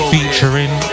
Featuring